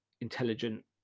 intelligent